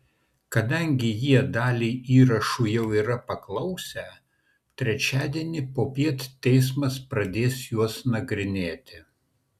kadangi jie dalį įrašų jau yra paklausę trečiadienį popiet teismas pradės juos nagrinėti